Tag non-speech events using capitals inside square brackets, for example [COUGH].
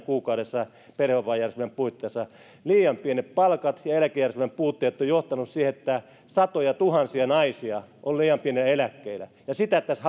kuukaudessa perhevapaajärjestelmän puitteissa liian pienet palkat ja eläkejärjestelmän puutteet ovat johtaneet siihen että satojatuhansia naisia on liian pienillä eläkkeillä ja sitä tässä [UNINTELLIGIBLE]